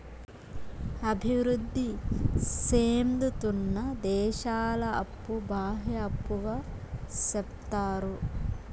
అభివృద్ధి సేందుతున్న దేశాల అప్పు బాహ్య అప్పుగా సెప్తారు